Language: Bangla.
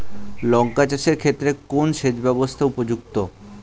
লঙ্কা চাষের ক্ষেত্রে কোন সেচব্যবস্থা উপযুক্ত?